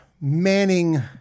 Manning